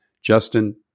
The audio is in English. Justin